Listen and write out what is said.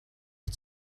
had